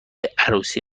عروسی